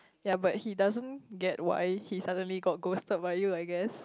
yea but he doesn't get what I he suddenly got ghosted by you I guess